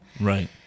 Right